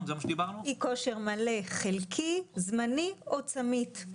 אי כושר מלא, חלקי, זמני או צמית.